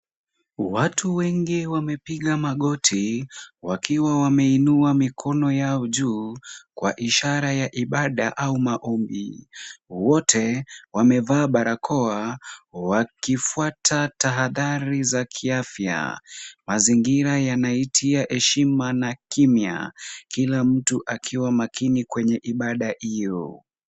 Watu wengi wamepiga magoti, wakiwa wameinua mikono yao juu kwa ishara ya ibada au maombi. Wote wamevaa barakoa wakifuata tahadhari za kiafya. Mazingira yanaitia heshima na kimya, kila mtu akiwa makini kwenye ibaada hiyo.